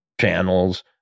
channels